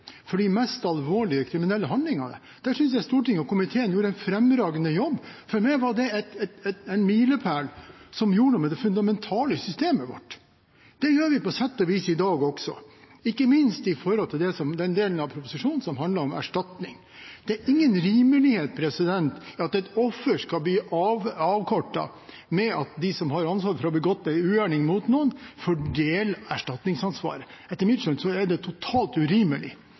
for de mest alvorlige kriminelle handlingene. Der syntes jeg Stortinget og komiteen gjorde en fremragende jobb. For meg var det en milepæl som gjorde noe med det fundamentale i systemet vårt. Det gjør vi på sett og vis i dag også, ikke minst når det gjelder den delen av proposisjonen som handler om erstatning. Det er ingen rimelighet i at et offer skal bli avkortet med at de som har ansvaret for å ha begått en ugjerning mot noen, får delt erstatningsansvar. Etter mitt skjønn er det totalt urimelig.